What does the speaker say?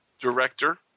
director